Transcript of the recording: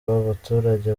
baturage